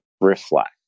reflect